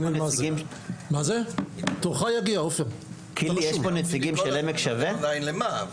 יש כאן נציגים של 'עמק שווה'.